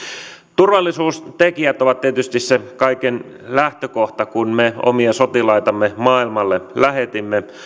turvallisuustekijät olivat tietysti se kaiken lähtökohta kun me omia sotilaitamme maailmalle lähetimme